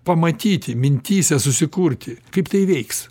pamatyti mintyse susikurti kaip tai veiks